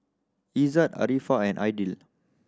Izzat Arifa and Aidil